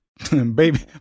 Baby